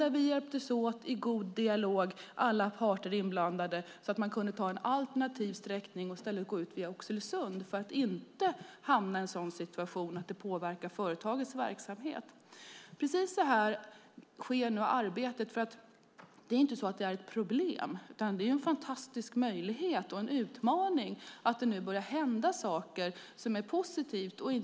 Men där hjälptes alla parter åt i god dialog så att man kunde ta en alternativ sträckning och i stället gå ut via Oxelösund för att inte hamna i en sådan situation att det påverkade företagets verksamhet. Precis så sker nu arbetet. Det här är inte ett problem, utan det är en fantastisk möjlighet och en utmaning att det nu börjar hända saker som är positiva.